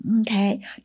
Okay